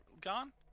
gone